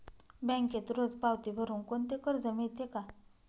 बँकेत रोज पावती भरुन कोणते कर्ज मिळते का?